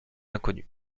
inconnu